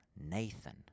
Nathan